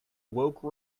woke